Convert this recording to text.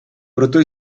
proto